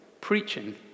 Preaching